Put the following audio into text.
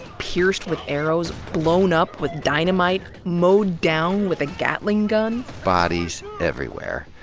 pierced with arrows, blown up with dynamite, mowed down with a gatling gun. bodies everywhere.